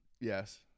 Yes